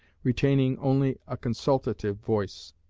retaining only a consultative voice.